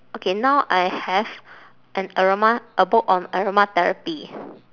okay now I have an aroma a book on aromatherapy